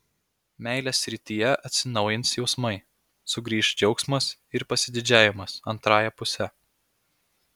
meilės srityje atsinaujins jausmai sugrįš džiaugsmas ir pasididžiavimas antrąja puse